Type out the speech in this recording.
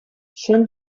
són